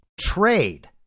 trade